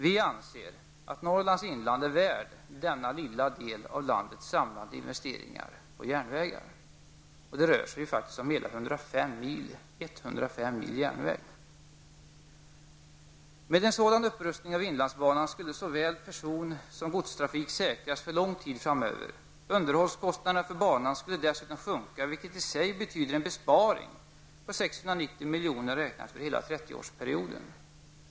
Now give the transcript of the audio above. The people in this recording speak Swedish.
Vi anser att Norrlands inland är värt denna lilla del av landets samlade investeringar i järnvägar. Det rör sig faktiskt om hela 105 mil järnväg. Med en sådan upprustning av inlandsbanan skulle såväl person som godstrafik säkras för lång tid framöver. Underhållskostnaderna för banan skulle dessutom sjunka, vilket i sig betyder en besparing på 690 milj.kr., räknat för hela 30-årsperioden.